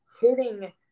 hitting